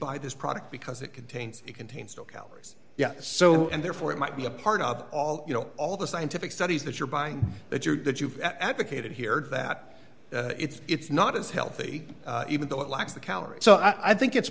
buy this product because it contains contains no calories yeah so and therefore it might be a part of all you know all the scientific studies that you're buying that you're that you've advocated here that it's not as healthy even though it lacks the calories so i think it's